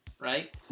right